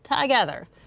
together